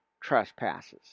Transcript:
trespasses